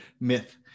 Myth